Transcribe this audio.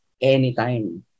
anytime